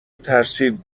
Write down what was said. ترسید